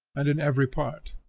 and in every part.